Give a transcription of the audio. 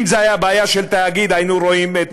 אם זו הייתה בעיה של תאגיד, היינו רואים את